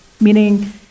Meaning